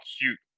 cute